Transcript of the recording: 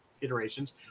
iterations